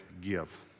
give